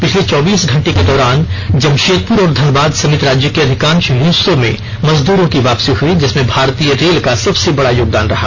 पिछले चौबीस घंटे के दौरान जमशेदपुर और धनबाद समेत राज्य के अधिकाँश हिस्सों में मजदूरों की वापसी हुई जिसमें भारतीय रेल का संबसे बड़ा योगदान रहा